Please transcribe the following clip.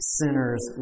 sinners